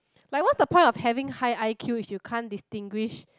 like what's the point of having high I_Q if you can't distinguish